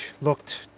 looked